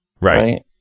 Right